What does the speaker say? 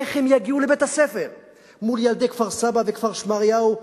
איך הם יגיעו לבית-הספר מול ילדי כפר-סבא וכפר-שמריהו,